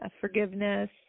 forgiveness